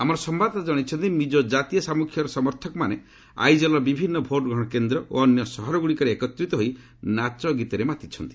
ଆମର ସମ୍ଭାଦଦାତା ଜଣାଇଛନ୍ତି ମିଜୋ ଜାତୀୟ ସାମୁଖ୍ୟର ସମର୍ଥକମାନେ ଆଇଜଲ୍ର ବିଭିନ୍ନ ଭୋଟ୍ ଗ୍ରହଣ କେନ୍ଦ୍ର ଓ ଅନ୍ୟ ସହରଗୁଡ଼ିକରେ ଏକତ୍ରିତ ହୋଇ ନାଚ ଗୀତରେ ମାତିଛନ୍ତି